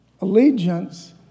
allegiance